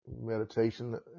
Meditation